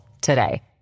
today